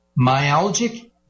myalgic